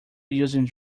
using